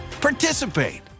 participate